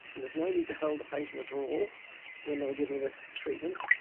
and was no need to hold the patient at all when they were giving the treatment.